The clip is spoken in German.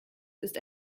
ist